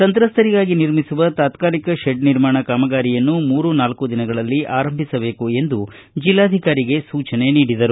ಸಂತ್ರಸ್ತರಿಗಾಗಿ ನಿರ್ಮಿಸುವ ತಾತ್ಕಾಲಿಕ ಶೆಡ್ ನಿರ್ಮಾಣ ಕಾಮಗಾರಿಯನ್ನು ಮೂರ್ನಾಲ್ಕು ದಿನಗಳಲ್ಲಿ ಆರಂಭಿಸಬೇಕು ಎಂದು ಜಿಲ್ಲಾಧಿಕಾರಿಗೆ ಸೂಚನೆ ನೀಡಿದರು